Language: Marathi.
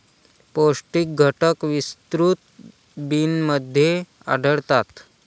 पौष्टिक घटक विस्तृत बिनमध्ये आढळतात